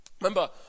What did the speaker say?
Remember